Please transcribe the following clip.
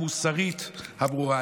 המוסרית, הברורה.